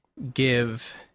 give